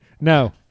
No